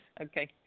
Okay